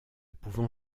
pouvant